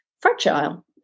fragile